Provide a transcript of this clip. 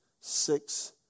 six